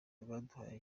baduhaye